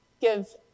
give